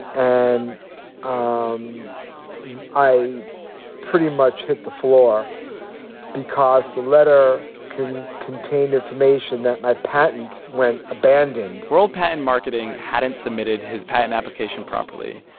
and um i pretty much hit the floor because the letter contained information that my patent went abandoned world patent marketing hadn't submitted his patent application properly.